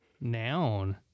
Noun